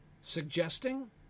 suggesting